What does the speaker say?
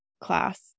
class